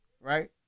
right